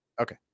Okay